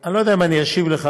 אני לא יודע אם אני אשיב לך,